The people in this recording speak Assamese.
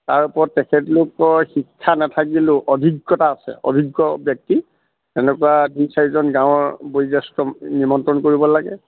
তাৰ ওপৰত তেখেতলোকৰ শিক্ষা নাথাকিলও অভিজ্ঞতা আছে অভিজ্ঞ ব্যক্তি এনেকুৱা দুই চাৰিজন গাঁৱৰ বয়সজেষ্ঠ নিমন্ত্ৰণ কৰিব লাগে